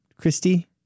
Christy